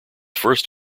first